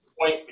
point